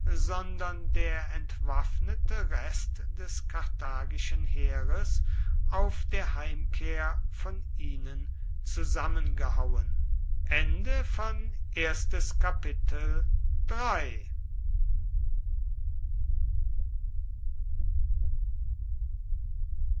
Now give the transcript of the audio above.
sondern der entwaffnete rest des karthagischen heeres auf der heimkehr von ihnen zusammengehauen